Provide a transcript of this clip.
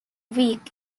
week